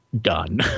done